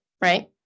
Right